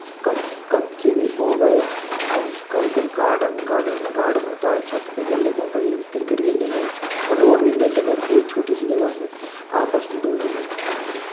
कं कंचे हो गए हम घर के गार्डन घर घर में गार्डन होता है छत पे खेल लेते हम कभी कभी क्रिकेट खेल लेते हैं फ़ुटबॉल खेल लेते हैं घर पे ही छोटी सी जगह में आपस में दो जने